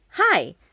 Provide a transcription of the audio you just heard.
Hi